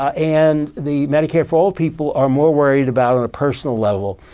and the medicare for all people are more worried about at a personal level,